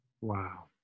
Wow